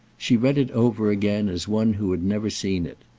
she read it over again as one who had never seen it.